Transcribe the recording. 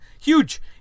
Huge